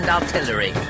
artillery